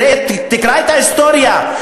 תקרא את ההיסטוריה.